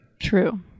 True